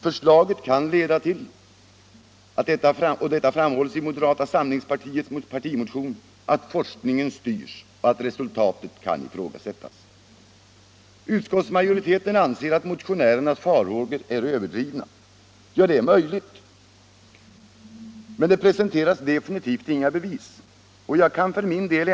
Det kan leda till, och detta framhålls i moderata samlingspartiets partimotion, att forskningen styrs och att resultatet kan ifrågasättas. Utskottsmajoriteten anser att motionärernas farhågor är överdrivna. Ja, det är möjligt, men det presenteras definitivt inga bevis för att så är fallet.